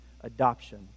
adoption